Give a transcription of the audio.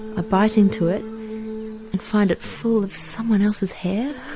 ah bite into it and find it full of someone else's hair,